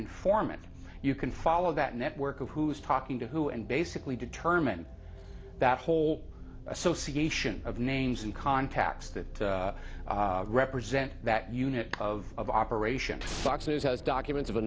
informant you can follow that network of who's talking to who and basically determine that whole association of names and contacts that represent that unit of operation fox news has documents of